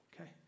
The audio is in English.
okay